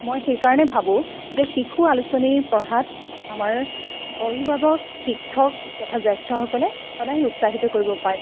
মই সেইকাৰণে ভাবোঁ যে শিশু আলোচনী পঢ়াত আমাৰ অভিভাৱক শিক্ষক তথা জ্যেষ্ঠ্যসকলে সদায় উৎসাহিত কৰিব পা